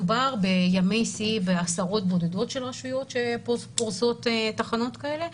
מדובר בימי שיא בעשרות בודדות של רשויות שפורסות תחנות כאלה.